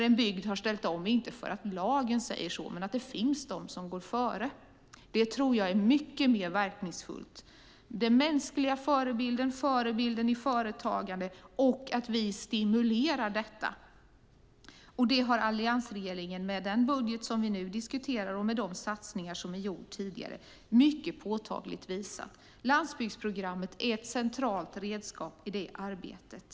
En bygd har ställt om, inte för att lagen säger så utan för att det finns de som går före. Jag tror att den mänskliga förebilden och förebilden i företagandet är mycket mer verkningsfulla. Det är viktigt att vi stimulerar detta. Det har alliansregeringen visat mycket påtagligt i den budget som vi nu diskuterar och med de satsningar som är gjorda tidigare. Landsbygdsprogrammet är ett centralt redskap i det arbetet.